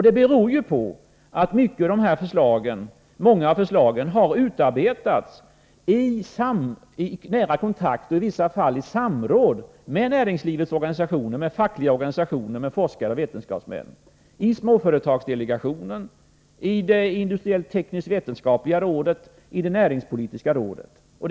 Det beror på att många av dessa förslag har utarbetats i nära kontakt med och i vissa fall i samråd med näringslivets organisationer, med fackliga organisationer och med forskare och vetenskapsmän — i småföretagsdelegationen, i det industriellt tekniskt vetenskapliga rådet och i det näringspolitiska rådet.